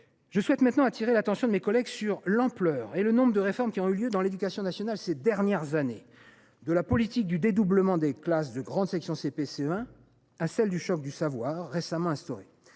Je souhaite maintenant attirer l’attention de mes collègues sur l’ampleur des réformes qui ont eu lieu dans l’éducation nationale ces dernières années et sur leur nombre, de la politique du dédoublement des classes de grande section CP CE1 à celle du choc des savoirs, récemment instauré.